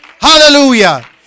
hallelujah